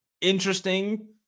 interesting